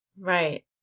Right